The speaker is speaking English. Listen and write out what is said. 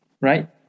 Right